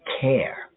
care